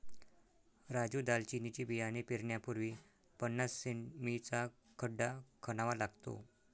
राजू दालचिनीचे बियाणे पेरण्यापूर्वी पन्नास सें.मी चा खड्डा खणावा लागतो